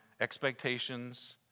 expectations